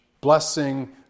Blessing